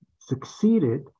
succeeded